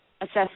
assess